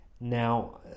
Now